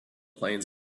plains